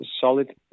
solid